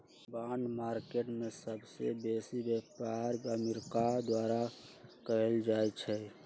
bond market में सबसे बेसी व्यापार अमेरिका द्वारा कएल जाइ छइ